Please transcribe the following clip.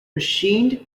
machined